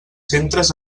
centres